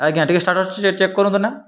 ଆଜ୍ଞା ଟିକେ status check କରନ୍ତୁନା